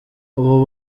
ubu